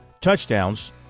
touchdowns